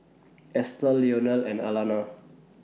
Estelle Leonel and Alanna